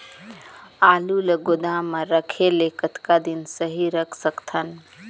आलू ल गोदाम म रखे ले कतका दिन सही रख सकथन?